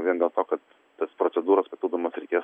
vien dėl to kad tas procedūras papildomas reikės